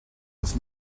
with